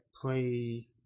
play